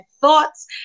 thoughts